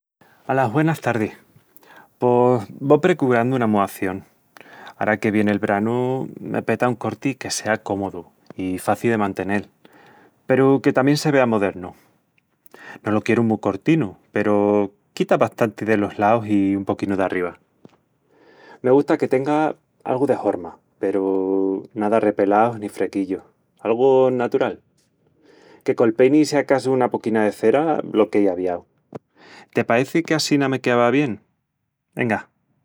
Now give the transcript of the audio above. Alas güenas tardis, pos vó precurandu una muación... ara que vien el branu, me peta un corti que sea cómodu i faci de mantenel, peru que tamién se vea modernu. No lo quieru mu cortinu, peru quita bastanti delos laus i un poquinu d'arriba. Me gusta que tenga algu de horma, peru ná d'arrepelaus ni frequillus, algu natural. Que col peini i si acasu una poquina de cera, lo quei aviau... Te paeci que assina me queava bien? Enga!